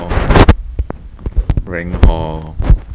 you you you think this is funny but it's really not leh